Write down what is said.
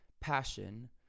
passion